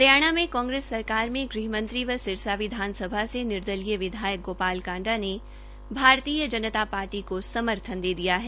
हरियाणा में कांग्रेस सरकार में गृहमंत्री व सिरसा विधानसभा से निर्दलीय जनता पार्टी विधायक गोपाल कांडा ने भारतीय जनता पार्टी को समर्थन दे दिया है